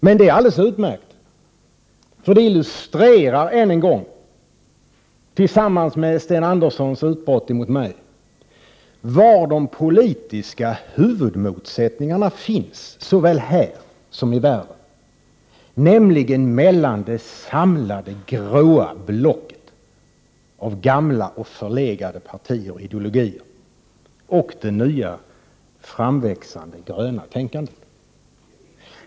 Men det är alldeles utmärkt, för det illustrerar än en gång, liksom Sten Anderssons utbrott mot mig, var de politiska huvudmotsättningarna finns såväl här i Sverige som i världen i övrigt, nämligen mellan det samlade gråa blocket av gamla och förlegade partier och ideologier och det nya, framväxande gröna tänkandet.